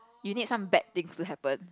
you need some bad things to happen